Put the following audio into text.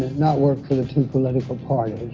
not work for the two political parties.